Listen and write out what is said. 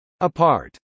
apart